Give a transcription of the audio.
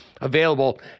available